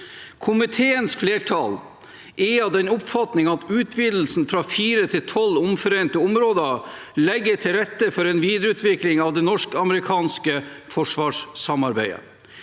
Komiteens flertall er av den oppfatning at utvidelsen fra fire til tolv omforente områder legger til rette for en videreutvikling av det norsk-amerikanske forsvarssamarbeidet.